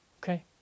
Okay